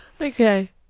Okay